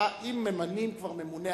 אם ממנים כבר ממונה,